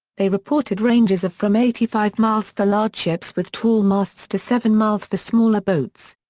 they reported ranges of from eighty five miles for large ships with tall masts to seven miles for smaller boats.